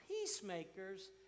peacemakers